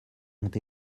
ont